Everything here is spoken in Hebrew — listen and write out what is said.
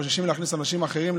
חוששים להכניס אנשים אחרים,